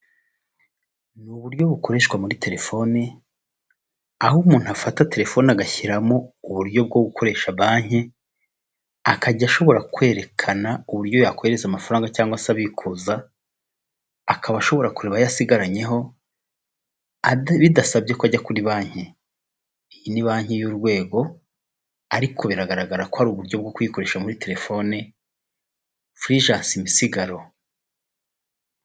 Ni uburyo bukoreshwa muri terefoni, aho umuntu afata terefoni agashyiramo uburyo bwo gukoresha banki, akajya ashobora kwerekana uburyo yakohereza amafaranga cyangwa se abikuza, akaba ashobora kureba ayo asigaranyeho bidasabye ko ajya kuri banki. Iyi ni banki y'urwego, ariko biragaragara ko ari uburyo bwo kuyikoresha muri terefone. Flugence Misigaro.